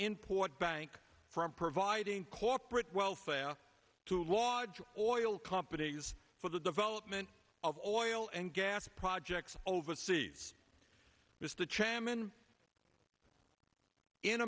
import bank from providing corporate welfare to logs or oil companies for the development of oil and gas projects overseas is the cham in in